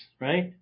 right